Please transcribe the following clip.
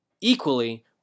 Equally